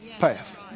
path